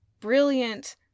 brilliant